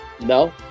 No